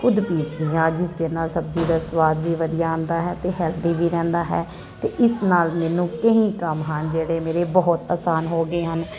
ਖੁਦ ਪੀਸਦੀ ਹਾਂ ਜਿਸ ਦੇ ਨਾਲ ਸਬਜ਼ੀ ਦਾ ਸਵਾਦ ਵੀ ਵਧੀਆ ਆਉਂਦਾ ਹੈ ਅਤੇ ਹੈਲਦੀ ਵੀ ਰਹਿੰਦਾ ਹੈ ਅਤੇ ਇਸ ਨਾਲ ਮੈਨੂੰ ਕਈ ਕੰਮ ਹਨ ਜਿਹੜੇ ਮੇਰੇ ਬਹੁਤ ਆਸਾਨ ਹੋ ਗਏ ਹਨ